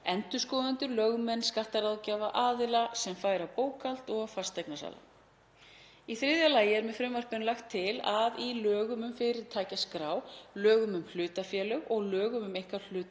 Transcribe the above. endurskoðendur, lögmenn, skattaráðgjafa, aðila sem færa bókhald og fasteignasala. Í þriðja lagi er með frumvarpinu lagt til að í lögum um fyrirtækjaskrá, lögum um hlutafélög og lögum um einkahlutafélög